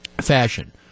fashion